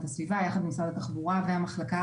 הסביבה יחד עם משרד התחבורה והמחלקה